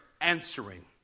answering